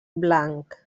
blanc